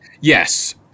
Yes